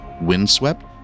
Windswept